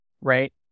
Right